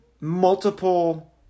multiple